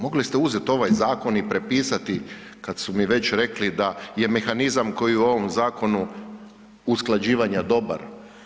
Mogli ste uzet ovaj zakon i prepisati kad su mi već rekli da je mehanizam koji je u ovom zakonu usklađivanja dobar.